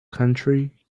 country